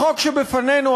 החוק שבפנינו,